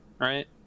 Right